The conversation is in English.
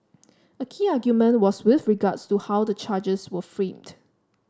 a key argument was with regards to how the charges were framed